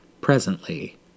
Presently